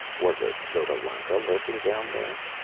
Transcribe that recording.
was a xotalanca lurking down there?